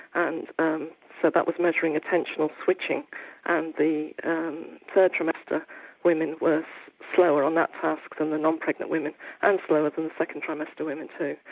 and um but that was measuring attentional switching and the third trimester women were slower on that task than the non-pregnant women and slower than the second trimester women too.